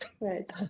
right